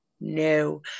No